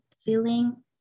feeling